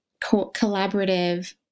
collaborative